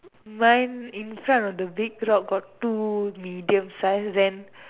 mine in front of the big rock got two medium size then